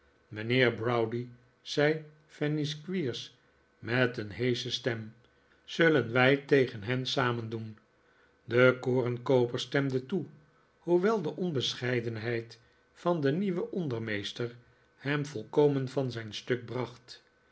mijnheer browdie zei fanny squeers met een heesche stem zullen wij tegen hen samen doen de korenkooper stemde toe hoewel de onbescheidenheid van den nieuwen ondermeester hem volkomen van zijn stuk bracht